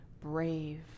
brave